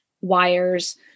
wires